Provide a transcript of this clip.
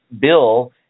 bill